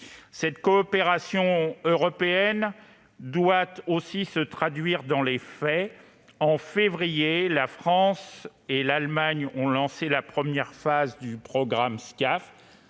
Cette coopération européenne doit aussi se traduire dans les faits. Au mois de février dernier, la France et l'Allemagne ont lancé la première phase du programme de